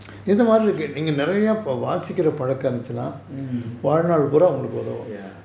mm ya